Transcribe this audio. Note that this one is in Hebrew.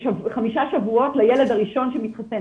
חמישה שבועות לילד הראשון שמתחסן.